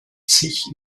sich